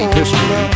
history